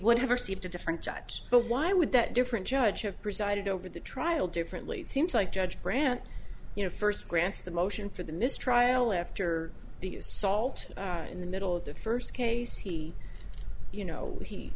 would have received a different judge but why would that different judge have presided over the trial differently it seems like judge brandt you know first grants the motion for the mistrial after the assault in the middle of the first case he you know he